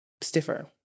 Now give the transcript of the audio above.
stiffer